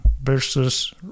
versus